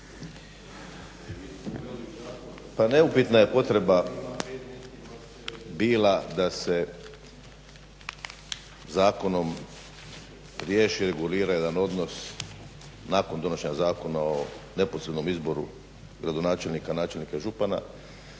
Pa neupitna je potreba bila da se zakonom riješi i regulira jedan odnos nakon donošenja Zakona o neposrednom izboru gradonačelnika, načelnika i župana